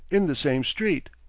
in the same street.